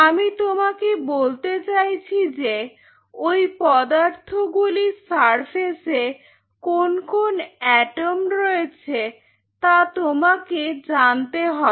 আমি তোমাকে বলতে চাইছি যে ওই পদার্থ গুলির সারফেসে কোন্ কোন্ এটম রয়েছে তা তোমাকে জানতে হবে